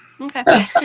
Okay